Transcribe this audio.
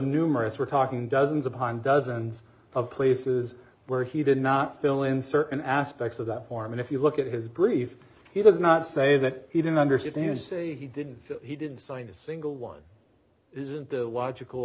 numerous we're talking dozens upon dozens of places where he did not fill in certain aspects of that form and if you look at his brief he does not say that he didn't understand you say he didn't he didn't cite a single one isn't the